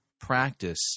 practice